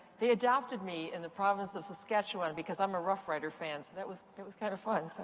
they adopted me in the province of saskatchewan because i'm a rough rider fan so that was that was kind of fun. so